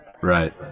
Right